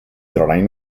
reign